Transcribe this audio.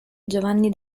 giovanni